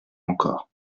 encore